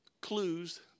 clues